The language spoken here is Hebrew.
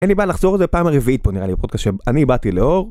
אין לי בעיה לחזור על זה בפעם רביעית פה נראה לי, בפודקאסט היום, אני באתי לאור.